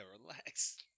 relax